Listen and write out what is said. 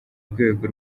rwego